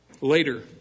Later